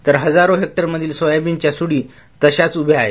तर हजारो हेक्टर मधील सोयाबीनच्या सुङ्या तशाच उभ्या आहेत